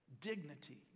dignity